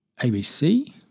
ABC